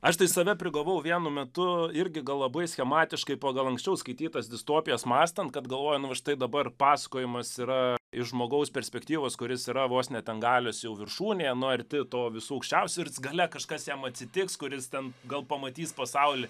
aš tai save prigavau vienu metu irgi gal labai schematiškai pagal anksčiau skaitytas distopijas mąstant kad galvoju nu va štai dabar pasakojimas yra iš žmogaus perspektyvos kuris yra vos ne ten galios jau viršūnėje nu arti to visų aukščiausių ir gale kažkas jam atsitiks kuris ten gal pamatys pasaulį